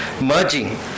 merging